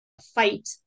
fight